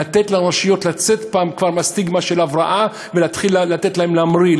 לתת לרשויות לצאת מהסטיגמה של הבראה ולהתחיל לתת להן להמריא,